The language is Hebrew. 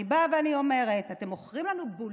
אני באה ואני אומרת, אתם מוכרים לנו בולשיט.